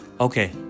Okay